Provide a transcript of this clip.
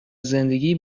زندگی